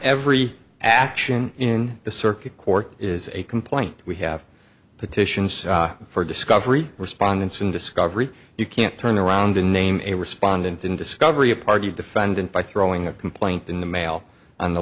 every action in the circuit court is a complaint we have petitions for discovery respondents in discovery you can't turn around and name a respondent in discovery a party defendant by throwing a complaint in the mail on the